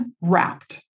wrapped